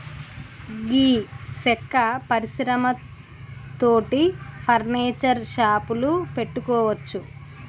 గీ సెక్క పరిశ్రమ తోటి ఫర్నీచర్ షాపులు పెట్టుకోవచ్చు